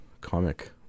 comic